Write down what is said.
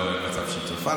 לא, אין מצב שהיא צופה.